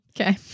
okay